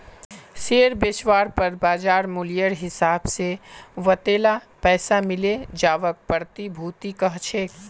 share बेचवार पर बाज़ार मूल्येर हिसाब से वतेला पैसा मिले जवाक प्रतिभूति कह छेक